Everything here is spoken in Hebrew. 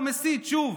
הוא מסית שוב